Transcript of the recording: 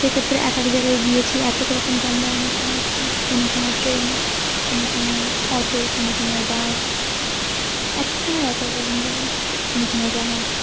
সেক্ষেত্রে এক এক জায়গায় গিয়েছি এক এক রকম যানবাহনের সাহায্যে কোনো সময় ট্রেন কোনো সময় অটো কোনো সময় বাস এক এক সময় এক এক রকমভাবে কোনো সময় জাহাজ